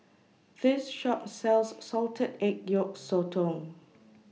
This Shop sells Salted Egg Yolk Sotong